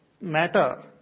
matter